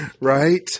Right